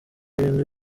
ibintu